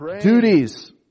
duties